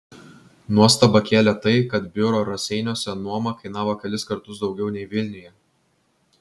nuostabą kėlė tai kad biuro raseiniuose nuoma kainavo kelis kartus daugiau nei vilniuje